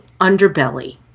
underbelly